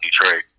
Detroit